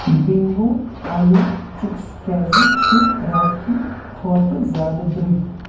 bingo آلوٗ chips کیٛازِ چھِ راتکہِ کھۄتہٕ زیادٕ درٛوگۍ